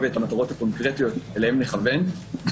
ואת המטרות הקונקרטיות שאליהן נכוון.